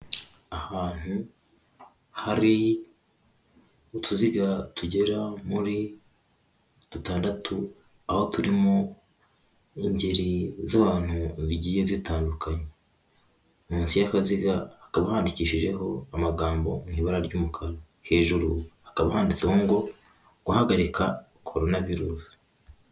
Ahantu hari utuziga tugera muri dutandatu, aho turimo ingeri z'abantu zigiye zitandukanye. Munsi y'akaziga hakaba handikishijeho amagambo mu ibara ry'umukara. Hejuru hakaba handitseho ngo guhagarika Koronavirusi.